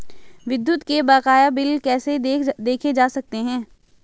विद्युत के बकाया बिल कैसे देखे जा सकते हैं?